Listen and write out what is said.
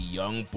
young